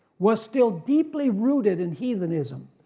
was still deeply rooted in heathenism,